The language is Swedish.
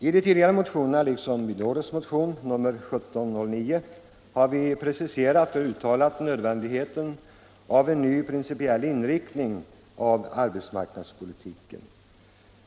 I de tidigare motionerna liksom i årets motion, nr 1709, har vi uttalat och preciserat nödvändigheten av en ny principiell inriktning av arbetsmarknadspolitiken.